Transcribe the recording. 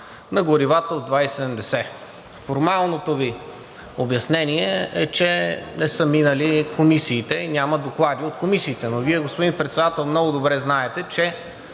на горивата от 2,70 лв. Формалното Ви обяснение е, че не са минали комисиите и няма доклади от комисиите. Вие, господин Председател, обаче много добре знаете, че